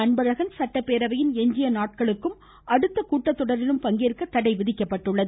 அன்பழகன் சட்டப்பேரவையின் எஞ்சிய நாட்களுக்கும் அடுத்த கூட்டத்தொடரிலும் பங்கேற்க தடை விதிக்கப்பட்டுள்ளது